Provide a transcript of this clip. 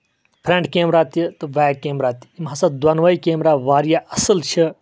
front camera تہِ تہٕ back camera تہِ یِم ہسا دۄنوے کیمرا واریاہ اَصٕل چھِ